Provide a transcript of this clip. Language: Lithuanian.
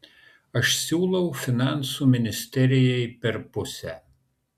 aš siūlau finansų ministerijai per pusę